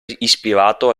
ispirato